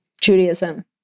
Judaism